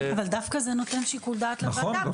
אבל, דווקא זה נותן שיקול דעת לוועדה.